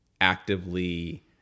actively